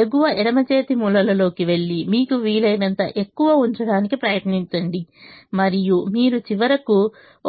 ఎగువ ఎడమ చేతి మూలలోకి వెళ్లి మీకు వీలైనంత ఎక్కువ ఉంచడానికి ప్రయత్నించండి మరియు మీరు చివరకు